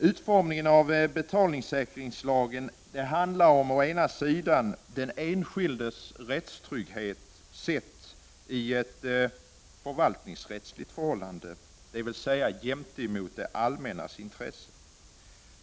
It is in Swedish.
Utformningen av betalningssäkringslagen handlar å ena sidan om den enskildes rättstrygghet sedd i ett förvaltningsrättsligt förhållande, dvs. gentemot det allmännas intresse.